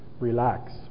Relax